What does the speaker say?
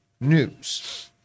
news